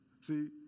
See